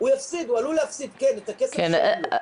הוא עלול להפסיד את הכסף שאין לו.